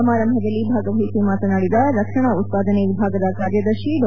ಸಮಾರಂಭದಲ್ಲಿ ಭಾಗವಹಿಸಿ ಮಾತನಾಡಿದ ರಕ್ಷಣಾ ಉತ್ಪಾದನೆ ವಿಭಾಗದ ಕಾರ್ಯದರ್ತಿ ಡಾ